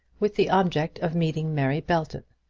with the object of meeting mary belton.